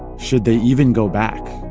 should they even go back?